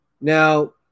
Now